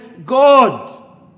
God